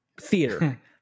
theater